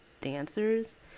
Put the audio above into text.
dancers